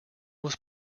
was